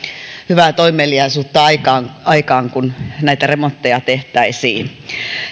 hyvää toimeliaisuutta aikaan aikaan kun näitä remontteja tehtäisiin